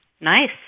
Nice